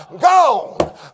gone